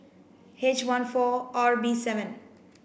H one four R B seven